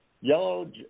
Yellow